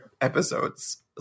episodes